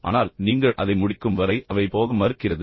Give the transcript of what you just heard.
ஆனால் நீங்கள் அதை முடிக்கும் வரை அவை போக மறுக்கிறது